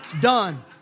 Done